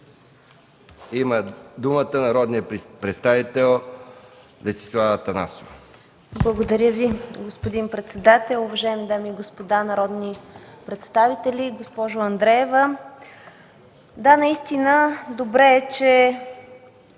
Има думата народният представител Десислава Атанасова.